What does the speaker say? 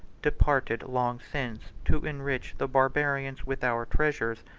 departed long since to enrich the barbarians with our treasures,